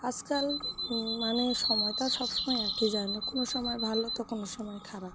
আজকাল মানে সময় তো আর সবসময় একই যায় না কোনো সময় ভালো তো কোনো সময় খারাপ